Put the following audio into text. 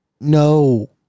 No